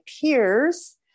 peers